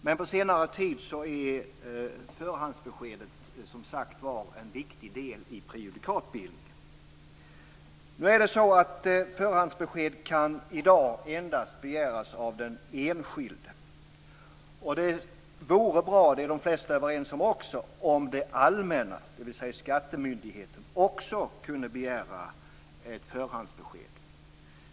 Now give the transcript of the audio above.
Men på senare tid är förhandsbeskedet, som sagt var, en viktig del i prejudikatbildningen. Förhandsbesked kan i dag endast begäras av den enskilde. Det vore bra - det är de flesta också överens om - om även det allmänna, dvs. skattemyndigheterna, kunde begära ett förhandsbesked.